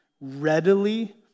readily